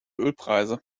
ölpreise